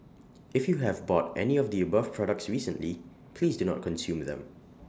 if you have bought any of the above products recently please do not consume them